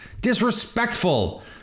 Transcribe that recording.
disrespectful